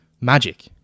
magic